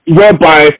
whereby